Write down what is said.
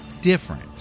different